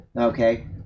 okay